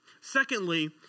Secondly